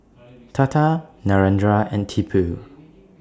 Tata Narendra and Tipu